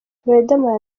riderman